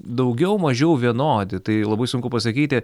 daugiau mažiau vienodi tai labai sunku pasakyti